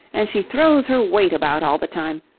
and she throws her weight about all the time.